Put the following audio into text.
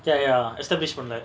ya ya established from there